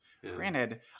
Granted